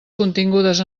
contingudes